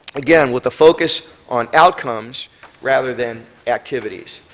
again, with a focus on outcomes rather than activities.